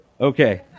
Okay